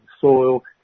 soil